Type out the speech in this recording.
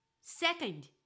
Second